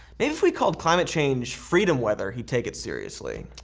maybe if we called climate change freedom weather he'd take it seriously.